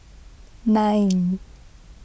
nine